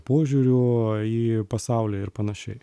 požiūrių į pasaulį ir panašiai